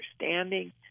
understanding